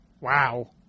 Wow